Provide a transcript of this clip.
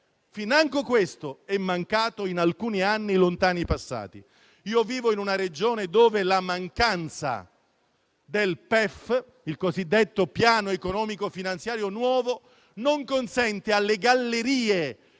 Financo questo è mancato in alcuni anni lontani e passati. Vivo in una Regione dove la mancanza del PEF, il nuovo piano economico finanziario, non consente alle gallerie